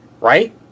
right